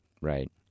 Right